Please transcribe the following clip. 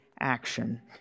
action